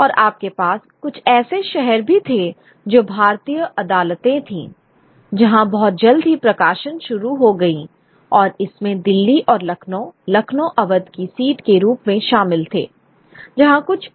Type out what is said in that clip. और आपके पास कुछ ऐसे शहर भी थे जो भारतीय अदालतें थीं जहां बहुत जल्द ही प्रकाशन शुरू हो गईं और इसमें दिल्ली और लखनऊ लखनऊ अवध की सीट के रूप में शामिल थे जहाँ कुछ